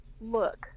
look